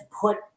put